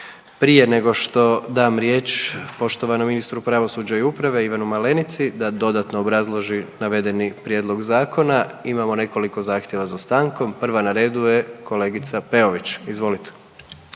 Prije nego što dam riječ poštovanom ministru pravosuđa i uprave Ivanu Malenici da dodatno obrazloži navedeni prijedlog zakona, imamo nekoliko zahtjeva za stankom. Prva na redu je kolegica Peović, izvolite.